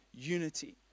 unity